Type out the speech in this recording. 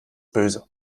böse